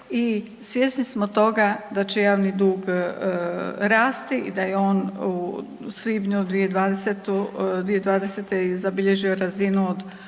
i svjesni smo toga da će javni dug rasti i da je on u svibnju 2020. i zabilježio razinu od